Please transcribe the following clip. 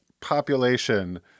population